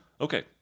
Okay